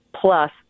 plus